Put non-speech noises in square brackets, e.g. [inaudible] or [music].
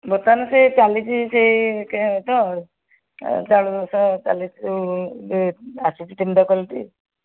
ବର୍ତ୍ତମାନ ସେ ଚାଲିଛି ସେ [unintelligible] ତ ଚାଉଳ ବସା ଚାଲିଛି ଆସୁଛି ତିନିଟା କ୍ୱାଲିଟି